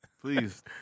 Please